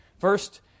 First